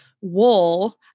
wool